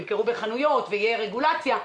ימכרו בחנויות ותהיה רגולציה,